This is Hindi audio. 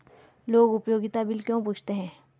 लोग उपयोगिता बिल क्यों पूछते हैं?